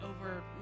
over